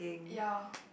ya